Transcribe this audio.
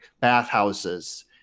bathhouses